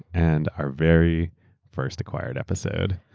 and our very first acquired episode.